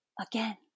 again